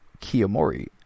Kiyomori